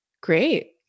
Great